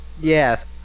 Yes